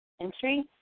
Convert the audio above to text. entry